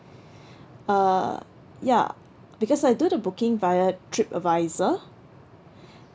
uh ya because I did the booking via trip advisor